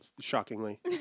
Shockingly